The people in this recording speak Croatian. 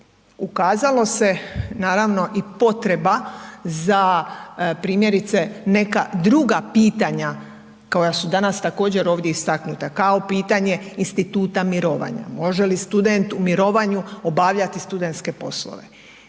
ukazalo se naravno i potreba za primjerice neka druga pitanja koja su danas također ovdje istaknuta, kao pitanje instituta mirovanja, može li student u mirovanju obavljati studentske poslove,